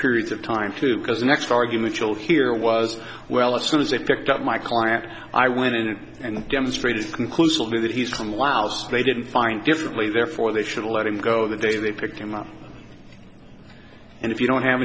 periods of time to cause the next argument you'll hear was well as soon as they picked up my client i went in and demonstrated conclusively that he's come laos they didn't find differently therefore they should let him go that they picked him up and if you don't have